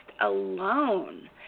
alone